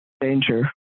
danger